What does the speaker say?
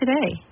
today